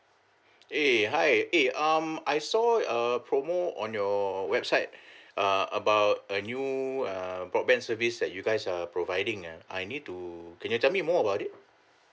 eh hi eh um I saw err promo on your website uh about a new err broadband service that you guys uh providing ah I need to can you tell me more about it